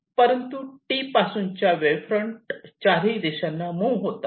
परंतु T पासूनच्या wave front चारही दिशांना मुव्ह होतात